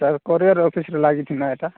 sir courier ଅଫିସରେ ଲାଗିଛି ନା ଏଇଟା